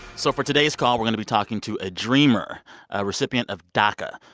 so for today's call, we're going to be talking to a dreamer a recipient of daca.